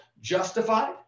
justified